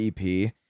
EP